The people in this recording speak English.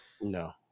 No